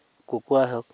কুুকুৰাই হওক